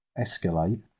Escalate